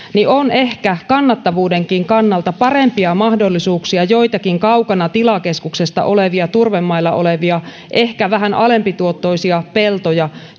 on ehkä kannattavuudenkin kannalta parempia mahdollisuuksia jopa metsittää joitakin kaukana tilakeskuksesta turvemailla olevia ehkä vähän alempituottoisia peltoja